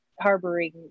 harboring